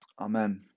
Amen